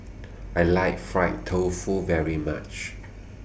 I like Fried Tofu very much